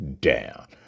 down